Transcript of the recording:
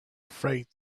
freight